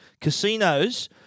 Casinos